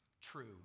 true